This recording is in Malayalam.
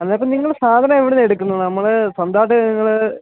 അല്ല പിന്നെ നിങ്ങൾ സാധനം എവിടെ നിന്നാണ് എടുക്കുന്നു നമ്മൾ സ്വന്തമായിട്ട് നിങ്ങൾ